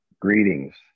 Greetings